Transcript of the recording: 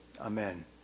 Amen